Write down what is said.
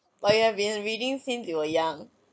but you have been reading since you were young